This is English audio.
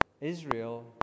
Israel